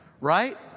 right